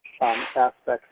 aspects